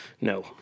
No